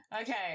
Okay